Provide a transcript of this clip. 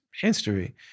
history